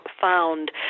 Found